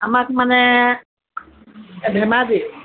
আমাক মানে ধেমাজিৰ